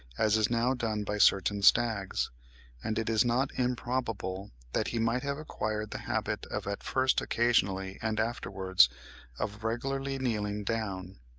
as is now done by certain stags and it is not improbable that he might have acquired the habit of at first occasionally and afterwards of regularly kneeling down.